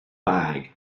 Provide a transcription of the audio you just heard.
bag